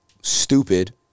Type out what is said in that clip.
stupid